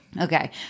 Okay